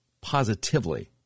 positively